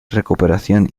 recuperación